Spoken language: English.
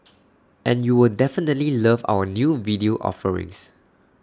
and you'll definitely love our new video offerings